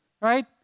right